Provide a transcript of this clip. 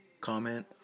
comment